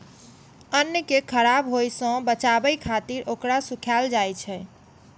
अन्न कें खराब होय सं बचाबै खातिर ओकरा सुखायल जाइ छै